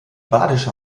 badische